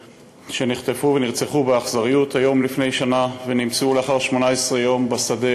שנחטפו ונרצחו באכזריות היום לפני שנה ונמצאו לאחר 18 יום בשדה,